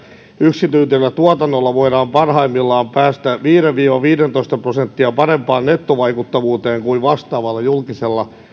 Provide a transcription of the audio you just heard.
yksityisellä tuotannolla voidaan parhaimmillaan päästä viisi viiva viisitoista prosenttia parempaan nettovaikuttavuuteen kuin vastaavalla julkisella